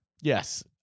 Yes